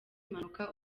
impanuka